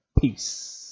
Peace